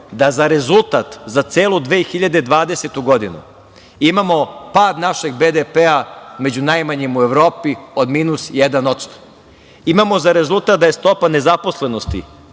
da za rezultat za celu 2020. godinu imamo pad našeg BDP-a među najmanjim u Evropi od minus 1%. Imamo za rezultat da je stopa nezaposlenosti